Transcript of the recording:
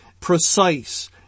precise